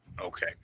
Okay